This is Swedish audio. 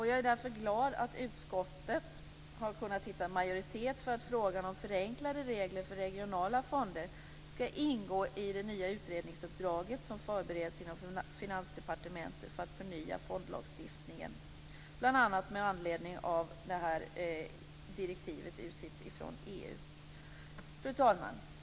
Jag är därför glad över att utskottet har kunnat hitta en majoritet för att frågan om förenklade regler för regionala fonder skall ingå i det nya utredningsuppdraget som förbereds inom Finansdepartementet för att förnya fondlagstiftningen, bl.a. Fru talman!